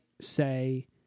say